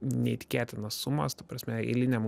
neįtikėtinos sumos ta prasme eiliniam